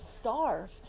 starve